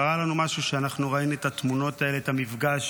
קרה לנו משהו כשראינו את התמונות האלה, את המפגש